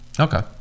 Okay